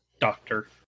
doctor